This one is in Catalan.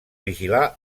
vigilar